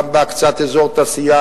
גם בהקצאת אזור תעשייה,